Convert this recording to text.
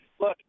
Look